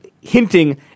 hinting